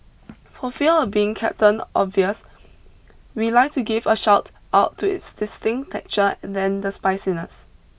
for fear of being Captain Obvious we'd like to give a shout out to its distinct texture and than the spiciness